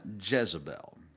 Jezebel